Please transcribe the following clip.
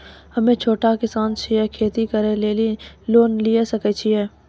हम्मे छोटा किसान छियै, खेती करे लेली लोन लिये सकय छियै?